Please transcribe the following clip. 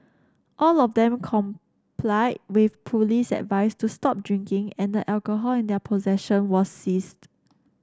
all of them complied with police advice to stop drinking and the alcohol in their possession was seized